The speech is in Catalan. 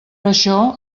això